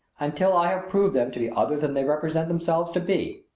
until i have proved them to be other than they represent themselves to be,